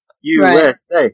USA